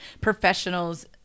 professionals